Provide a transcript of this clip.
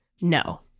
no